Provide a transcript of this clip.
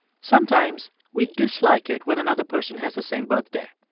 sometimes we dislike it when another person has the same birthday.